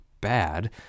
bad